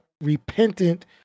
repentant